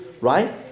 Right